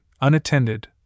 unattended